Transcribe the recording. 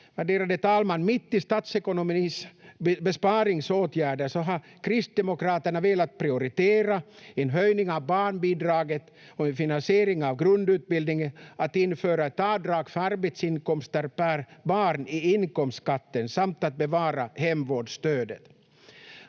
Värderade talman! Mitt i statsekonomins besparingsåtgärder har kristdemokraterna velat prioritera en höjning av barnbidraget och en finansiering av grundutbildningen, att införa ett avdrag för arbetsinkomster per barn i inkomstskatten samt att bevara hemvårdsstödet.